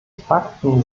fakten